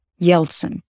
Yeltsin